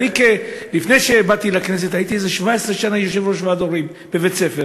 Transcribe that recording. לפני שבאתי לכנסת הייתי כ-17 שנה יושב-ראש ועד הורים בבית-ספר.